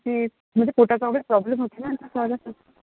ते म्हणजे पोटाचा वगैरे प्रॉब्लेम होते ना